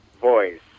voice